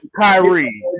Kyrie